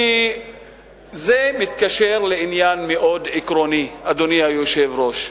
כי זה מתקשר לעניין מאוד עקרוני, אדוני היושב-ראש: